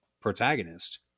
protagonist